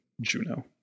Juno